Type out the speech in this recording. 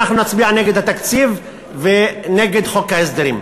אנחנו נצביע נגד התקציב ונגד חוק ההסדרים.